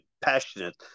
passionate